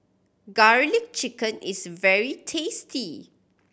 Garlic Chicken is very tasty